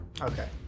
Okay